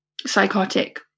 psychotic